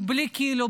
בלי כאילו,